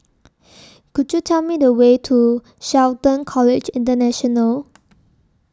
Could YOU Tell Me The Way to Shelton College International